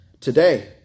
today